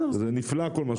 זה נפלא כל מה שאתה אומר פה.